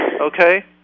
Okay